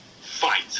fight